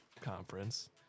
conference